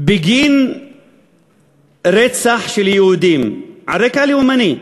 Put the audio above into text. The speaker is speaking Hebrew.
בגין רצח יהודים, על רקע לאומני,